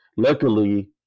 Luckily